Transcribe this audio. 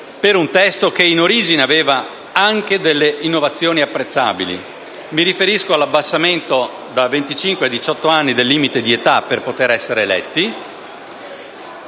di un testo che, in origine, aveva anche delle innovazioni apprezzabili; mi riferisco all'abbassamento da venticinque a diciotto anni del limite di età per poter essere eletti